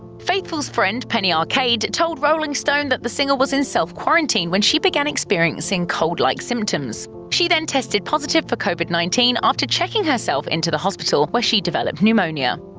faithfull's friend, penny arcade, told rolling stone that the singer was in self-quarantine when she began experiencing cold-like symptoms. she then tested positive for covid nineteen after checking herself into the hospital where she developed pneumonia.